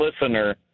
listener